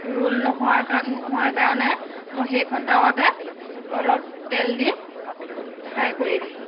roll নোহোৱাৰ কা নোহোৱাৰ কাৰণে মই সেইখন টাৱাতে অলপ তেল দি ফ্ৰাই কৰি দিলোঁ